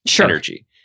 energy